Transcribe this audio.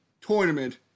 tournament